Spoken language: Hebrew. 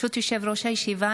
ברשות יושב-ראש הישיבה,